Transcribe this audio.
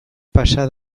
pasa